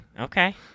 Okay